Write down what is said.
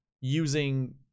using